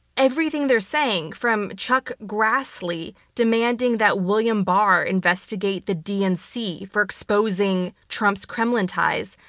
everything they're saying from chuck grassley demanding that william barr investigate the dnc for exposing trump's kremlin ties,